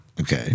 Okay